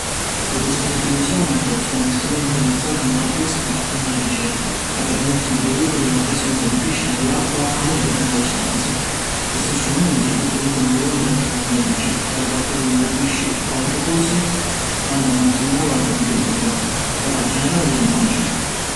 Li dispositivi Sonar sunnu strumenti utilizzati ni la pisca e ni la ricerca, ca permettinu di vidiri la prisenza di pisci ni l’acqua anchi a granni distanzi. Chissi strumenti utilizzanu li ondi elettromagnetici ca sbattennu ni li pisci o autri cosi, mannanu un signali a un computer ca va a generari la imagini.